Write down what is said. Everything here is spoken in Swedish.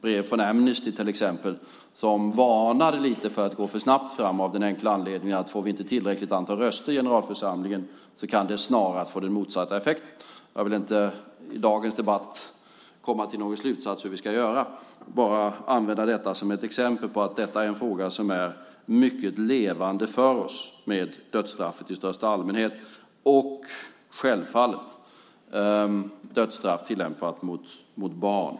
Jag fick exempelvis ett brev från Amnesty som varnade lite för att gå för snabbt fram av den enkla anledningen att om vi inte får tillräckligt antal röster i generalförsamlingen kan det snarast få motsatt effekt. Jag vill i dagens debatt inte komma till någon slutsats om hur vi ska göra, bara använda detta som ett exempel på att frågan om dödsstraffet i största allmänhet och självfallet dödsstraff tillämpat på barn är mycket levande för oss.